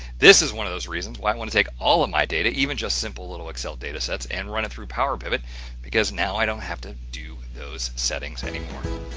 this is one of those reasons. why i want to take all of my data even just simple little excel data sets and run it through powerpivot because now, i don't have to do those settings anymore. oh!